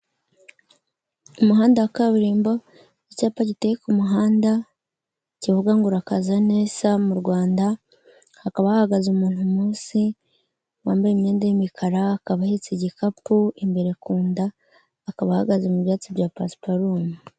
Umuhanda wa kaburimbo, icyapa giteye ku muhanda kivuga ngo urakaza neza mu Rwanda, hakaba hahagaze umuntu munsi wambaye imyenda y'imikara akaba ahetse igikapu imbere ku nda akaba ahagaze mu byatsi bya pasparumu.